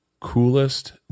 coolest